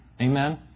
Amen